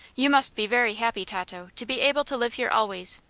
you must be very happy, tato, to be able to live here always.